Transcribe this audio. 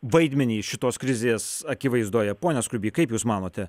vaidmenį šitos krizės akivaizdoje pone skruiby kaip jūs manote